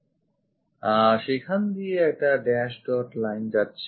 কাজেই সেখান দিয়ে একটা dash dot line যাচ্ছে